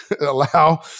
allow